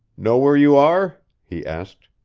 know where you are? he asked.